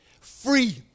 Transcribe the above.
free